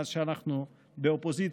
מאז שאנחנו באופוזיציה,